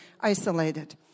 isolated